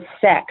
sex